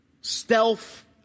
stealth